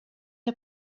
der